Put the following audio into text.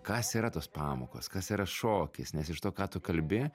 kas yra tos pamokos kas yra šokis nes iš to ką tu kalbi